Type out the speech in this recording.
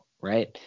right